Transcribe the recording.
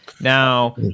now